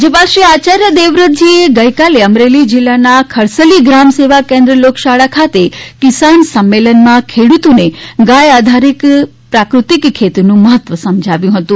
રાજ્યપાલ શ્રી આચાર્ય દેવવ્રતજીએ ગઇકાલે અમરેલી જિલ્લાના ખડસલી ગ્રામસેવા કેન્દ્ર લોકશાળા ખાતે કિસાન સંમેલનમાં ખેડૂતોને ગાય આધારિત પ્રાકૃતિક ખેતીનું મહત્વ સમજાવ્યું હતું